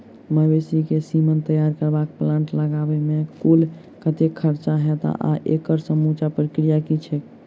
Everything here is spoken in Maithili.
मवेसी केँ सीमन तैयार करबाक प्लांट लगाबै मे कुल कतेक खर्चा हएत आ एकड़ समूचा प्रक्रिया की छैक?